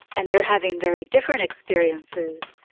and they're having very different experiences,